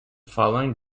following